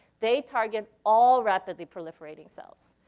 they target all rapidly proliferating cells.